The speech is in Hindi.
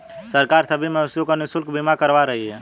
सरकार सभी मवेशियों का निशुल्क बीमा करवा रही है